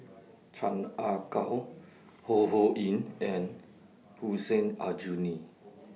Chan Ah Kow Ho Ho Ying and Hussein Aljunie